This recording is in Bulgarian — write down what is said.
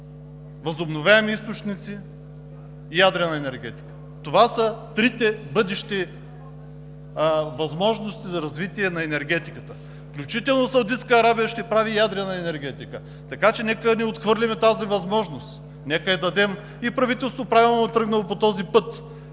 възобновяеми източници и ядрена енергетика. Това са трите бъдещи възможности за развитие на енергетиката. Включително Саудитска Арабия ще прави ядрена енергетика. Така че нека да не отхвърляме тази възможност. Нека да я дадем и правителството правилно е тръгнало по този път.